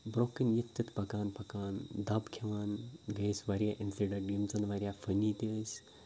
برونٛہہ کَنہِ یِتھٕ تِتھٕ پکان پکان دَب کھٮ۪وان گٔے اَسہِ واریاہ اِنسِڈٮ۪نٛٹ یِم زَن واریاہ فٔنی تہِ ٲسۍ